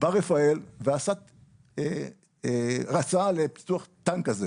בא רפאל --- לפיתוח טנק כזה.